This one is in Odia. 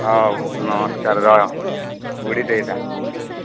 ହଉ ନମସ୍କାର ରହ ବୁଢ଼ୀଟେ ହେଇଥା